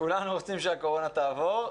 כולנו רוצים שהקורונה תעבור,